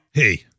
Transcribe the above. Hey